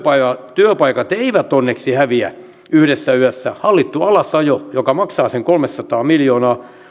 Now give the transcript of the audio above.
työpaikat eivät onneksi häviä yhdessä yössä hallittu alasajo joka maksaa sen kolmesataa miljoonaa